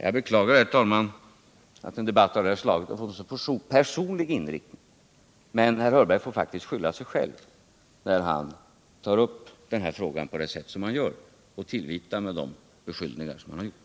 Jag beklagar, herr talman, att en debatt av det här slaget skall få en så personlig inriktning som denna, men herr Hörberg får faktisk skylla sig själv när han tar upp den här frågan på det sätt som han gör och tillvitar mig sådana uttalanden.